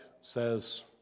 says